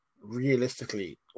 realistically